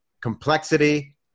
complexity